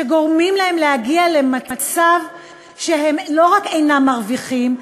שגורמים להם להגיע למצב שלא רק שאינם מרוויחים,